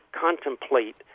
contemplate